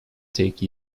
take